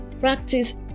practice